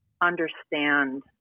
understand